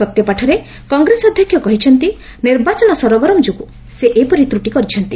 ସତ୍ୟପାଠରେ କଂଗ୍ରେସ ଅଧ୍ୟକ୍ଷ କହିଛନ୍ତି ନିର୍ବାଚନ ସରଗରମ୍ ଯୋଗୁଁ ସେ ଏପରି ତ୍ରଟି କରିଛନ୍ତି